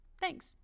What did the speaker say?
Thanks